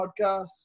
podcast